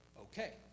okay